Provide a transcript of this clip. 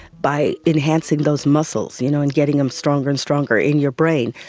by enhancing those muscles you know and getting them stronger and stronger in your brain,